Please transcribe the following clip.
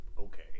Okay